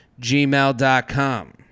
gmail.com